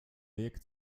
weg